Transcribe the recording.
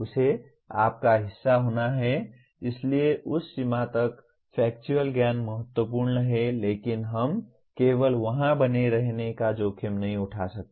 उसे आपका हिस्सा होना है इसलिए उस सीमा तक फैक्चुअल ज्ञान महत्वपूर्ण है लेकिन हम केवल वहाँ बने रहने का जोखिम नहीं उठा सकते